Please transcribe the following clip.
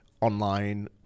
online